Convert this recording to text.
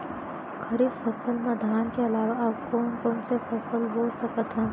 खरीफ फसल मा धान के अलावा अऊ कोन कोन से फसल बो सकत हन?